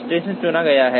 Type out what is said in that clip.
station चुना गया है